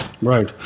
Right